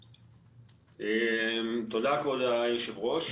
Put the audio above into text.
תודה, כבוד היו"ר.